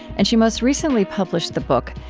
and she most recently published the book,